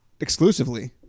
exclusively